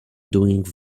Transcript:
doing